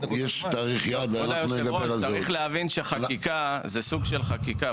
כבוד היושב-ראש, צריך להבין שזה סוג של חקיקה.